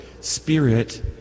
spirit